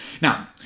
Now